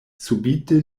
subite